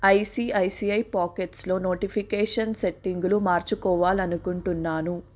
ICICI పాకెట్స్లో notification సెట్టింగులు మార్చుకోవాలనుకుంటున్నాను